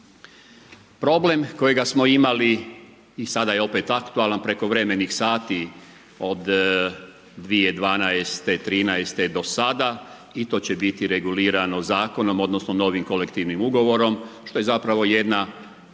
Problem kojega smo imali i sada je opet aktualan, prekovremenih sati od 2012., 2013. do sada, i to će biti regulirano zakonom odnosno novim kolektivnim ugovorom što je zapravo jedna